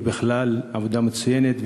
ובכלל עבודה מצוינת,